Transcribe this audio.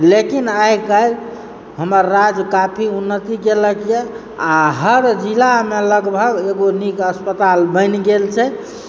लेकिन आइकाल्हि हमर राज्य काफी उन्नति केलक यऽ आ हर जिलामे लगभग एगो नीक अस्पताल बनि गेल छै